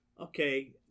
Okay